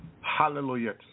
hallelujah